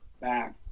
back